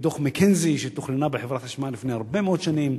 דוח "מקינזי" שתוכננה בחברת החשמל לפני הרבה מאוד שנים,